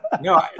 No